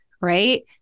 right